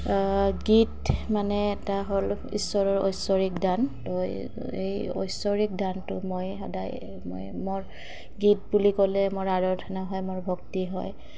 গীত মানে এটা হ'ল ঈশ্বৰৰ ঐশ্বৰক দান তো এই ঐশ্বৰক দানটো মই সদায় মই মোৰ গীত বুলি ক'লে মোৰ আৰাধনা হয় মোৰ ভক্তি হয়